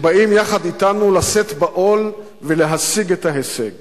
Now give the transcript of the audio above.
שבאים לשאת בעול יחד אתנו ולהשיג את ההישג